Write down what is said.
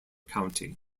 county